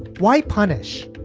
why punish?